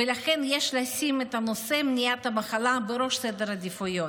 ולכן יש לשים את נושא מניעת המחלה בראש סדר העדיפויות.